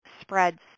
spreads